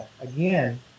again